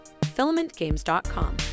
filamentgames.com